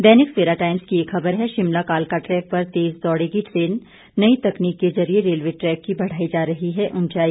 दैनिक Savera Times की एक खबर है शिमला कालका ट्रैक पर तेज दौड़ेगी ट्रेन नई तकनीक के जरिए रेलवे ट्रैक की बढ़ाई जा रही है उंचाई